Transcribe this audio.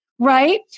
right